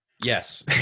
Yes